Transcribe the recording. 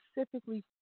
specifically